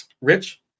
Rich